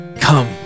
come